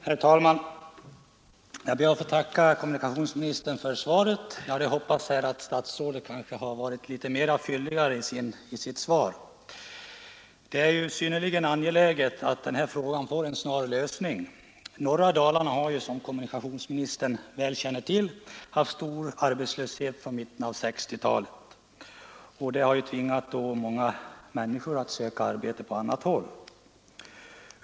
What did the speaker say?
Herr talman! Jag ber att få tacka kommunikationsministern för svaret även om jag hade hoppats att det skulle ha varit något fylligare. Det är synnerligen angeläget att den här frågan får en snar lösning. Norra Dalarna har som kommunikationsministern säkert känner till haft en stor arbetslöshet från mitten av 1960-talet, och den har haft till följd att många människor tvingats söka sig arbete på andra håll.